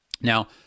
Now